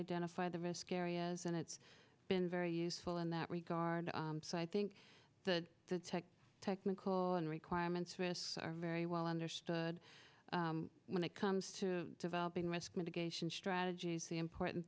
identify the risk areas and it's been very useful in that regard so i think the technical and requirements risks are very well understood when it comes to developing risk mitigation strategies the important